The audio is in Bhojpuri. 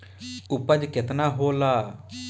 उपज केतना होला?